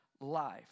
life